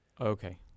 okay